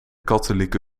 katholieke